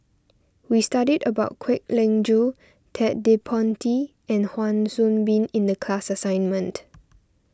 we studied about Kwek Leng Joo Ted De Ponti and Wan Soon Bee in the class assignment